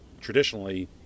traditionally